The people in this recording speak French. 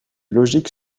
logique